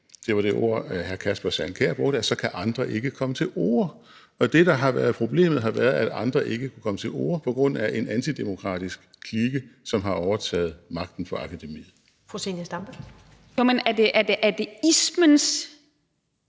det var det ord, som hr. Kasper Sand Kjær brugte – altså at andre ikke kan komme til orde. Og det, der har været problemet, har været, at andre ikke har kunnet komme til orde på grund af en antidemokratisk klike, som har overtaget magten på akademiet. Kl. 20:48 Første næstformand